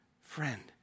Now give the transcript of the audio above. friend